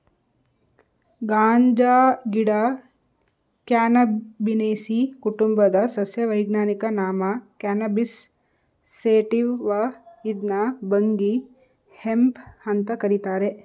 ಗಾಂಜಾಗಿಡ Cannabinaceae ಕುಟುಂಬದ ಸಸ್ಯ ವೈಜ್ಞಾನಿಕ ನಾಮ ಕ್ಯಾನಬಿಸ್ ಸೇಟಿವ ಇದ್ನ ಭಂಗಿ ಹೆಂಪ್ ಅಂತ ಕರೀತಾರೆ